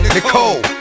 Nicole